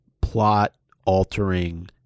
plot-altering